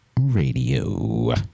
radio